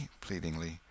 pleadingly